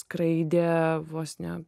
skraidė vos ne